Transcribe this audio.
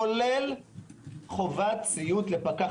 כולל חובת ציות לפקח.